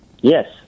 Yes